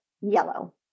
yellow